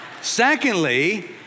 Secondly